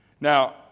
Now